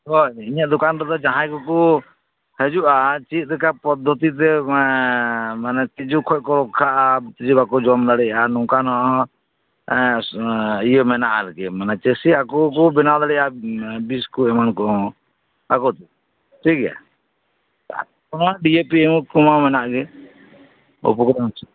ᱦᱳᱭ ᱤᱧᱟᱜ ᱫᱚᱠᱟᱱ ᱨᱮᱫᱚ ᱡᱟᱦᱟᱭ ᱠᱩ ᱠᱩ ᱦᱤᱡᱩᱜᱼᱟ ᱪᱮᱫ ᱞᱮᱠᱟ ᱯᱚᱫᱫᱷᱚᱛᱤ ᱛᱮ ᱢᱟᱱᱮ ᱛᱤᱡᱩ ᱠᱷᱚᱡ ᱠᱚ ᱨᱚᱠᱷᱟᱜᱼᱟ ᱛᱤᱡᱩ ᱵᱟᱝᱠᱳ ᱡᱚᱢ ᱫᱟᱲᱮᱭᱟᱜᱼᱟ ᱱᱚᱝᱠᱟᱱᱟᱜ ᱦᱚᱸ ᱤᱭᱟᱹ ᱢᱮᱱᱟᱜᱼᱟ ᱟᱨᱠᱤ ᱪᱟᱹᱥᱤ ᱟᱠᱳᱜᱮᱠᱚ ᱵᱮᱱᱟᱣ ᱫᱟᱲᱮᱭᱟᱜᱼᱟ ᱵᱤᱥ ᱠᱳ ᱮᱢᱟᱱ ᱠᱚᱦᱚᱸ ᱟᱠᱚᱛᱮ ᱴᱷᱤᱠ ᱜᱮᱭᱟ ᱰᱤᱭᱮᱯᱤ ᱠᱚᱢᱟ ᱢᱮᱱᱟᱜ ᱜᱮ